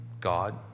God